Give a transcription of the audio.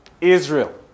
Israel